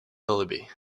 willoughby